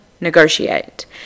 negotiate